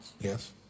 Yes